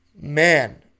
man